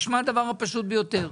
נשמע הדבר הפשוט ביותר,